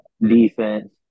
defense